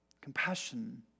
Compassion